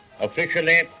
officially